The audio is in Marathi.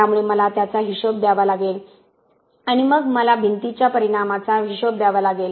त्यामुळे मला त्याचा हिशेब द्यावा लागेल आणि मग मला भिंतीच्या परिणामाचा हिशोब द्यावा लागेल